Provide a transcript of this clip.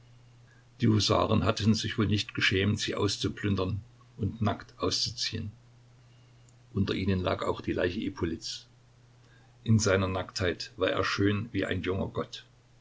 die husaren hatten sich wohl nicht geschämt sie auszuplündern und nackt auszuziehen unter ihnen lag auch die leiche ippolits in seiner nacktheit war er schön wie ein junger gott